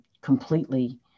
completely